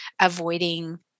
avoiding